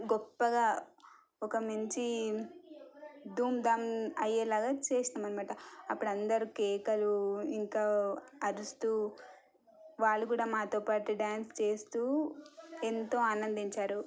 గొప్పగా ఒక మంచి ధూమ్ ధాం అయ్యేలాగా చేసినాము అన్నమాట అప్పుడు అందరూ కేకలు ఇంకా అరుస్తూ వాళ్ళు కూడా మాతో పాటు డాన్స్ చేస్తూ ఎంతో ఆనందించారు